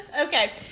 okay